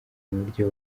buryo